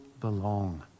belong